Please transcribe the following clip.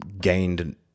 gained